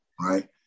Right